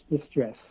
distress